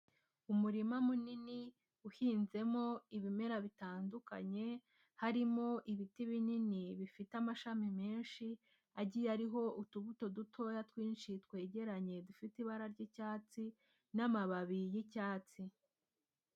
Umurima munini, uhinzemo ibimera bitandukanye, harimo ibiti binini bifite amashami menshi, agiye ariho utubuto dutoya twinshi twegeranye dufite ibara ry'icyatsi, n'amababi y'icyatsi.